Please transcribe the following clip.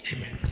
Amen